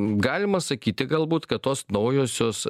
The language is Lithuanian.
galima sakyti galbūt kad tos naujosios